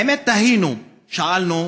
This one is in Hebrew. האמת, תהינו, שאלנו: